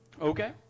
Okay